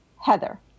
Heather